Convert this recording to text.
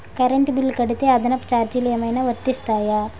Current bill కడితే అదనపు ఛార్జీలు ఏమైనా వర్తిస్తాయా?